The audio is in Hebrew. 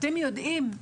אתם יודעים,